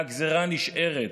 והגזרה נשארת.